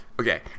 Okay